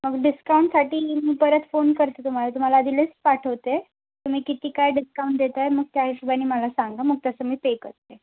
मग डिस्काऊंटसाठी मी परत फोन करते तुम्हाला तुम्हाला आधी लिस्ट पाठवते तुम्ही किती काय डिस्काऊंट देत आहे मग त्या हिशोबाने मला सांगा मग तसं मी पे करते